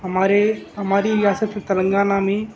ہمارے ہماری ریاست تلنگانہ میں